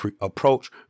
approach